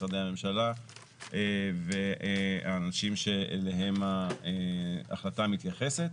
משרדי הממשלה והאנשים שאליהם ההחלטה מתייחסת.